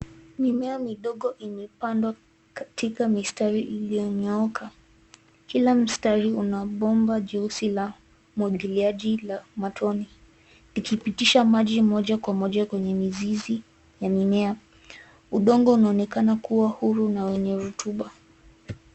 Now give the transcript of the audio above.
Mimea midogo imepandwa katika mistari iliyonyooka. Kila mstari una bomba juu la umwagiliaji wa matone, likipitisha maji moja kwa moja kwenye mizizi ya mimea. Udongo unaonekana kuwa huru na wenye rotuba.